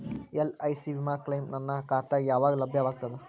LIC ವಿಮಾ claim ನನ್ನ ಖಾತಾಗ ಯಾವಾಗ ಲಭ್ಯವಾಗತದ?